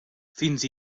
fins